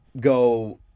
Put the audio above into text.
go